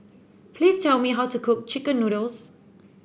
please tell me how to cook chicken noodles